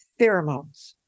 pheromones